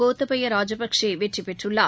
கோத்தபய ராஜபக்சே வெற்றி பெற்றுள்ளார்